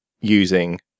using